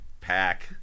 pack